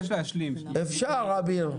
אפשר אביר.